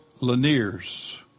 Lanier's